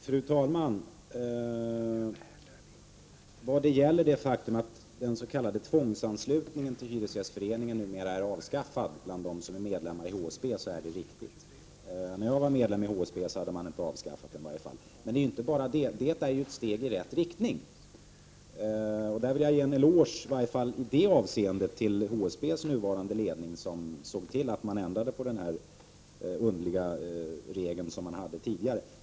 Fru talman! Det är riktigt att den s.k. tvångsanslutningen till Hyresgästföreningen numera är avskaffad bland dem som är medlemmar i HSB. När jag var medlem i HSB hade man ännu inte avskaffat detta. Det är således ett steg i rätt riktning. Jag vill ge en eloge, i varje fall i detta avseende, till HSB:s nuvarande ledning som såg till att man ändrade på den underliga regel som fanns tidigare.